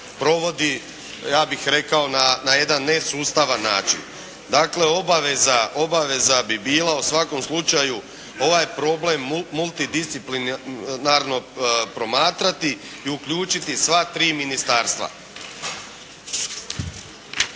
provodi ja bih rekao na jedan nesustavan način. Dakle obaveza bi bila u svakom slučaju ovaj problem multidisciplinarno promatrati i uključiti sva tri ministarstva.